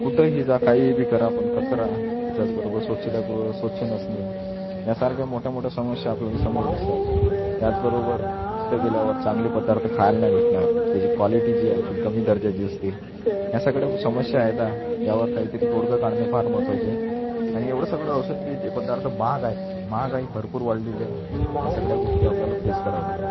कुठंही जा काहीबी करा पण कचरा त्याच्याच बरोबर स्वच्छतागृह स्वच्छ नसणे यासारख्या मोठ्यामोठ्या समस्या आपल्याला समोर दिसतात त्याचबरोबर तिथे गेल्यावर चांगले पदार्थ खायला नाही भेटणार त्याची क्वालिटी जी आहे ती कमी दर्जाची असते या सगळ्या समस्या आहेत यावर काहीतरी तोडगा काढणे फार महत्त्वाचे आहे आणि एवढं सगळं असूनबी ते पदार्थ महाग आहेत महागाई भरपूर वाढलेली आहे या सगळ्या गोष्टी आपल्याला फेस कराव्या लागतात